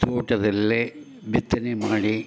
ತೋಟದಲ್ಲೇ ಬಿತ್ತನೆ ಮಾಡಿ